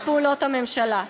על פעולות הממשלה.